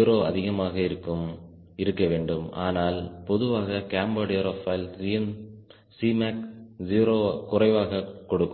0 அதிகமாக இருக்க வேண்டும் ஆனால் பொதுவாக கேம்பேர்ட் ஏரோபாய்ல் Cmac 0 குறைவாக கொடுக்கும்